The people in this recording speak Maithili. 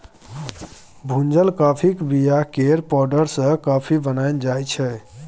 भुजल काँफीक बीया केर पाउडर सँ कॉफी बनाएल जाइ छै